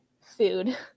food